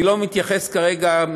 אני לא מתייחס כרגע,